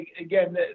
again